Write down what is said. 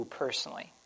personally